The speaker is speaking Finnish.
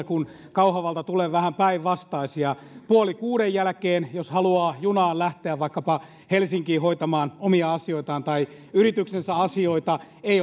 kauhavalta tulee ovat vähän päinvastaisia puoli kuuden jälkeen jos haluaa junalla lähteä vaikkapa helsinkiin hoitamaan omia asioitaan tai yrityksensä asioita ei